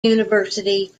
university